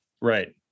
Right